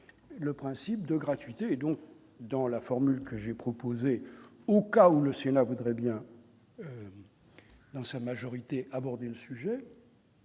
le principe de gratuité et donc dans la formule que j'ai proposé au cas où le Sénat voudrait bien dans sa majorité, aborder le sujet.